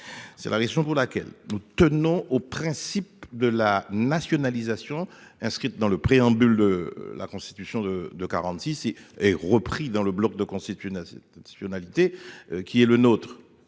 C'est la raison pour laquelle nous tenons au principe de la nationalisation inscrite dans le préambule. La constitution de 2 46 il est repris dans le bloc de constitutionnalité si finalité qui est le nôtre.